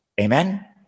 Amen